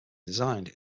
designed